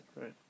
right